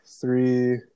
three